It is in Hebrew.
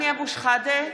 (קוראת בשמות חברי הכנסת)